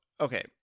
okay